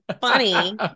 funny